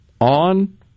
on